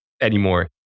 anymore